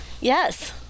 Yes